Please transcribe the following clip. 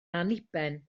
anniben